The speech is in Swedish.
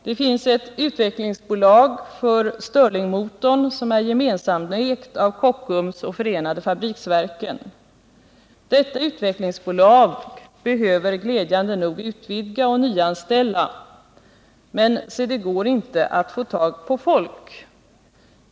Det finns ett utvecklingsbolag för Stirlingmotorn som är gemensamt ägt av Kockums och förenade fabriksverken. Detta utvecklingsbolag behöver glädjande nog utvidga och nyanställa, men se det går inte att få tag på folk.